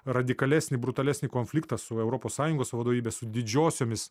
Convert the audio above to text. radikalesnį brutalesnį konfliktą su europos sąjungos vadovybė su didžiosiomis